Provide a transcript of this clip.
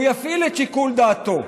והוא יפעיל את שיקול דעתו.